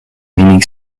meaning